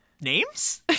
names